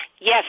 Yes